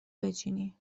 بچینی